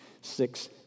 six